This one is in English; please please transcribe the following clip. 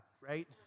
right